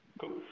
Cool